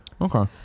okay